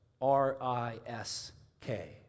R-I-S-K